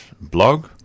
blog